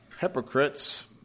hypocrites